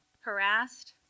harassed